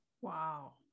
wow